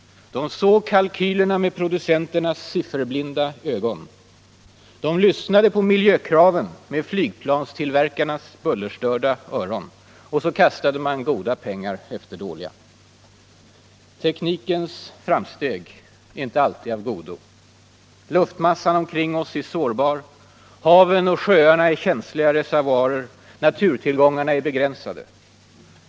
De såg kalkylerna med producenternas sifferblinda ögon. De lyssnade på miljökraven med flygplanstillverkarnas bullerstörda öron. Så kastade man goda pengar efter dåliga. Teknikens framsteg är inte alltid av godo. Luftmassan omkring oss är sårbar, haven och sjöarna är känsliga reservoarer, naturtillgångarna är begränsade.